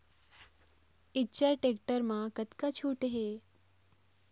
Eicher tractor म कतका छूट हे?